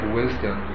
wisdom